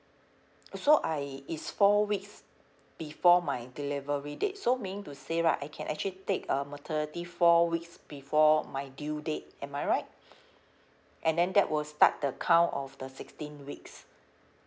so I it's four weeks before my delivery date so meaning to say right I can actually take uh maternity four weeks before my due date am I right and then that will start the count of the sixteen weeks